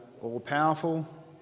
all-powerful